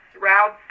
routes